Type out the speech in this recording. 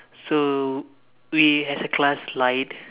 so we as a class lied